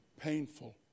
painful